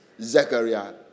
Zechariah